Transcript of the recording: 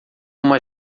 uma